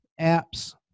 apps